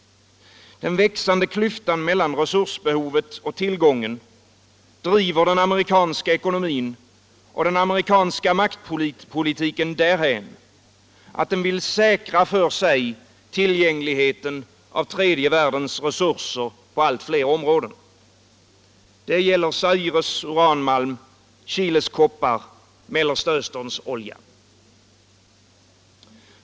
Den växande klyftan mellan resursbehovet och tillgången driver den amerikanska ekonomin och den amerikanska maktpolitiken därhän att den vill säkra för sig tillgängligheten av tredje världens resurser på allt fler områden. Det gäller Zaires uranmalm, Chiles koppar, Mellersta Österns olja.